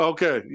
Okay